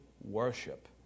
worship